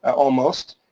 almost,